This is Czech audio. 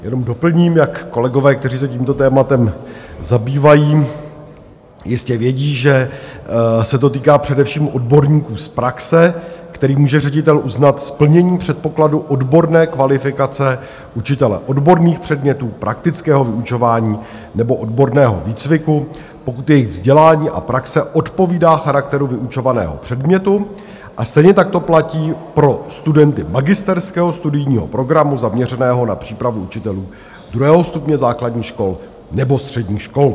Jenom doplním jak kolegové, kteří se tímto tématem zabývají, jistě vědí, že se to týká především odborníků z praxe, kterým může ředitel uznat splnění předpokladu odborné kvalifikace učitele odborných předmětů, praktického vyučování nebo odborného výcviku, pokud jejich vzdělání a praxe odpovídá charakteru vyučovaného předmětu, a stejně tak to platí pro studenty magisterského studijního programu zaměřeného na přípravu učitelů druhého stupně základních škol nebo středních škol.